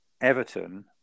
Everton